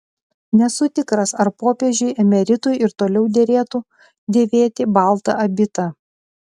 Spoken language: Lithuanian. nesu tikras ar popiežiui emeritui ir toliau derėtų dėvėti baltą abitą